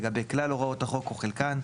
לגבי כלל הוראות החוק או חלקן,